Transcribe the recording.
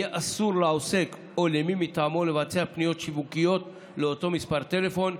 יהיה אסור לעוסק או למי מטעמו לבצע פניות שיווקיות לאותו מספר טלפון,